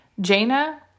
Jaina